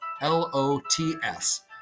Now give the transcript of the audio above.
L-O-T-S